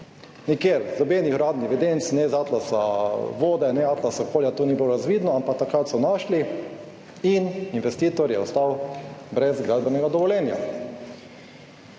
Nikjer nobenih gradbenih evidenc, ne z atlasa vode ne atlasa polja, to ni bilo razvidno, ampak takrat so našli in investitor je ostal brez gradbenega dovoljenja.